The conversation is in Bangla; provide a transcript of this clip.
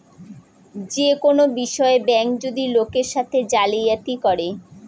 যে কোনো বিষয়ে ব্যাঙ্ক যদি লোকের সাথে জালিয়াতি করে